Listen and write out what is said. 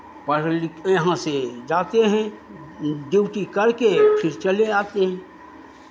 पढ़ लिख यहाँ से जाते हैं ड्यूटी करके फिर चले आते हैं